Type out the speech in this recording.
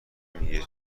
میگه